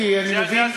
כי אני יודע,